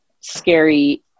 scary